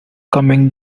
coming